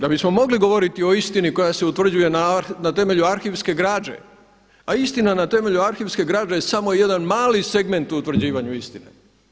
Da bi smo mogli govoriti o istini koja se utvrđuje na temelju arhivske građe, a istina na temelju arhivske građe je samo jedan mali segment u utvrđivanju istini.